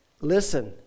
listen